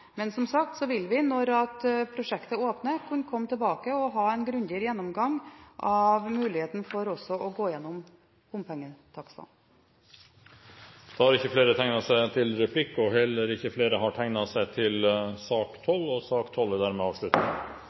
Men som sagt vil vi når prosjektet åpner, kunne komme tilbake og ha en grundigere gjennomgang av muligheten for også å gå igjennom bompengetakstene. Replikkordskiftet er omme. Flere har ikke bedt om ordet til sak nr. 12. Etter ønske fra transport- og